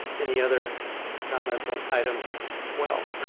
any other comments on item twelve?